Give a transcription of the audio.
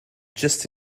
just